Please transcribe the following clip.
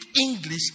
English